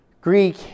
greek